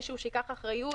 מישהו שייקח אחריות,